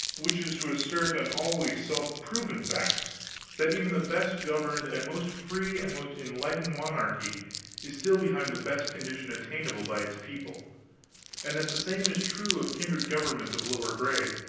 which is to assert an always self-proven fact that even the best governed and most free and most enlightened monarchy is still behind the best condition attainable by its people and that the same is true of kindred governments of lower grades,